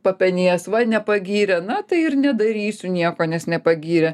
papenės va nepagyrė na tai ir nedarysiu nieko nes nepagyrė